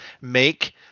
make